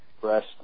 Breast